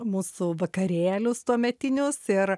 mūsų vakarėlius tuometinius ir